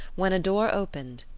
when a door opened,